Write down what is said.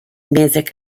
music